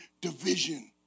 division